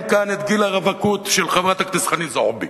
כאן את גיל הרווקות של חברת הכנסת חנין זועבי.